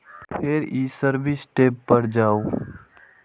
फेर ई service tab पर जाउ